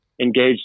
engaged